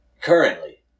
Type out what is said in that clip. Currently